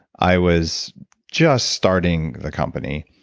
i was just starting the company,